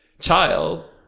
child